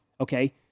Okay